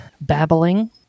babbling